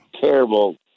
terrible